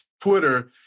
Twitter